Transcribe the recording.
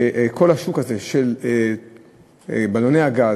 שכל השוק הזה של בלוני הגז,